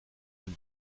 dem